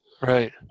Right